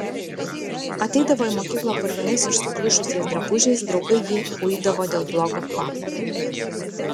ateidavo į mokyklą purvinais ir suplyšusiais drabužiais draugai jį uidavo dėl blogo kvapo